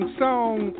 song